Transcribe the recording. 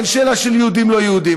אין שאלה של יהודים, לא יהודים.